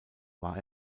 war